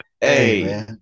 Hey